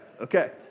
okay